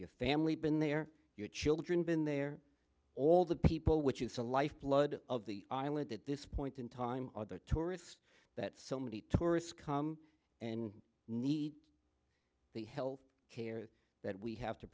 your family been there your children been there all the people which is a life blood of the island at this point in time or the tourists that so many tourists come and need the health care that we have to